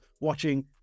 watching